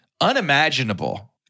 unimaginable